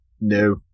No